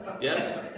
Yes